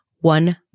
one